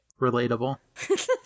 Relatable